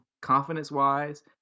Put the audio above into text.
confidence-wise